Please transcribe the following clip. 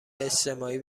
اجتماعی